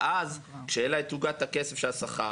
ואז כשתהיה עוגת הכסף של השכר,